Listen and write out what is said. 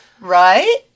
Right